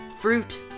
fruit